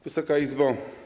Wysoka Izbo!